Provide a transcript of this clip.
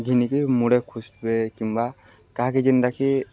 ଘିନିକି ମୁଡ଼େ ଖୁସ୍ବେେ କିମ୍ବା କାହାକି ଯେନ୍ଟା କିି